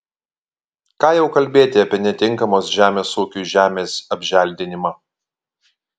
ką jau kalbėti apie netinkamos žemės ūkiui žemės apželdinimą